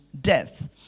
death